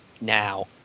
now